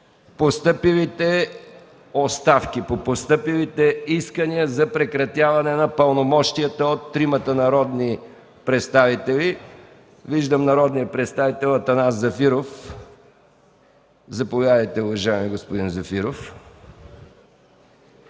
отношение по постъпилите искания за прекратяване на пълномощията от тримата народни представители? Виждам народния представител Атанас Зафиров. Заповядайте, уважаеми господин Зафиров.